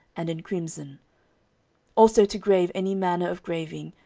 and in crimson also to grave any manner of graving,